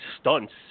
stunts